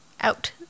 Out